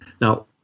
Now